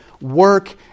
work